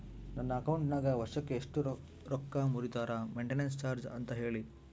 ನನ್ನ ಅಕೌಂಟಿನಾಗ ವರ್ಷಕ್ಕ ಎಷ್ಟು ರೊಕ್ಕ ಮುರಿತಾರ ಮೆಂಟೇನೆನ್ಸ್ ಚಾರ್ಜ್ ಅಂತ ಹೇಳಿ?